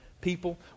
people